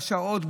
בשעות,